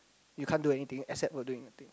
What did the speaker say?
you can't do anything except for doing the thing